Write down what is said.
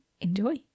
enjoy